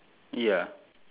ya